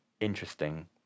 interesting